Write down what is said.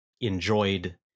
enjoyed